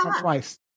twice